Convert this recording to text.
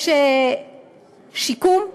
יש שיקום,